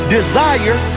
Desire